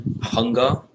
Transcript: Hunger